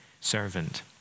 servant